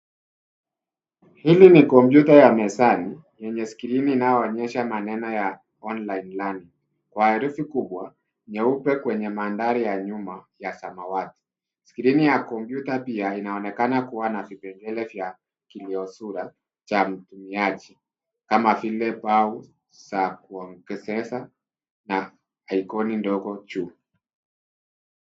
Hili ni kompyuta ya mezani, yenye skrini inayoonyesha maneno ya ONLINE LEARNING kwa herufi kubwa, nyeupe kwenye mandhari ya nyuma ya samawati. Skrini ya kompyuta pia, inaonekana kuwa na vipengele vya kilio sura, cha mtumiaji. Kama vile mbao za kuogesesa na icon ndogo huu.